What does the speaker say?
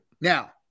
now